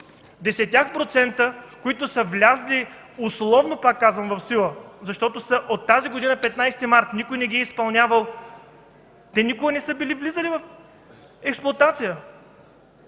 Десетте процента, които са влезли условно, пак казвам, в сила, защото са от 15 март тази година – никой не ги е изпълнявал, те никога не са били влизали в експлоатация.